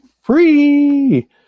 Free